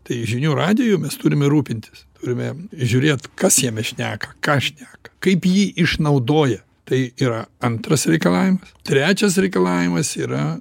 tai žinių radiju mes turime rūpintis turime žiūrėt kas jame šneka ką šneka kaip jį išnaudoja tai yra antras reikalavimas trečias reikalavimas yra